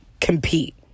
compete